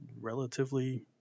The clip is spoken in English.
relatively